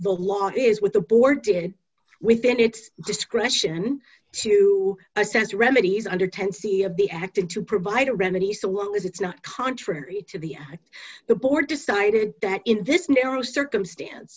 the law is with the board to within its discretion to assess remedies under ten c of the acting to provide a remedy so long as it's not contrary to the the board decided that in this narrow circumstance